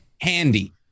handy